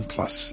Plus